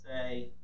say